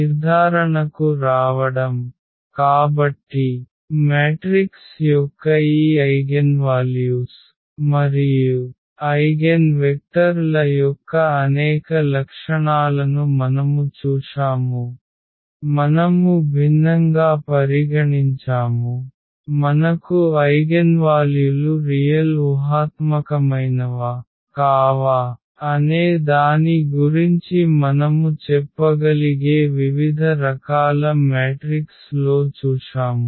నిర్ధారణకు రావడం కాబట్టి మ్యాట్రిక్స్ యొక్క ఈ ఐగెన్వాల్యూస్ మరియు ఐగెన్ వెక్టర్ ల యొక్క అనేక లక్షణాలను మనము చూశాము మనము భిన్నంగా పరిగణించాము మనకు ఐగెన్వాల్యులు రియల్ ఊహాత్మకమైనవా కావా అనే దాని గురించి మనము చెప్పగలిగే వివిధ రకాల మ్యాట్రిక్స్ లో చూశాము